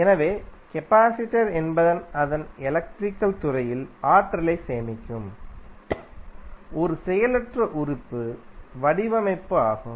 எனவே கெபாசிடர் என்பது அதன் எலக்ட்ரிக்கல் துறையில் ஆற்றலைச் சேமிக்கும் ஒரு செயலற்ற உறுப்பு வடிவமைப்பு ஆகும்